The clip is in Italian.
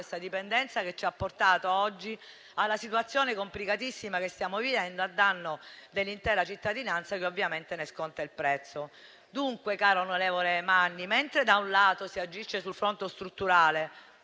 tale dipendenza, portandoci oggi alla situazione complicatissima che stiamo vivendo a danno dell'intera cittadinanza, che ovviamente ne sconta il prezzo. Dunque, caro senatore Magni, mentre da un lato si agisce sul fronte strutturale,